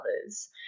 others